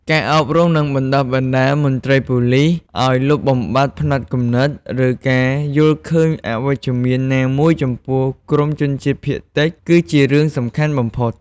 ការអប់រំ និងការបណ្តុះបណ្តាលមន្ត្រីប៉ូលិសឱ្យលុបបំបាត់ផ្នត់គំនិត ឬការយល់ឃើញអវិជ្ជមានណាមួយចំពោះក្រុមជនជាតិភាគតិច គឺជារឿងសំខាន់បំផុត។